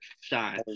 shine